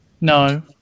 No